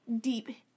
deep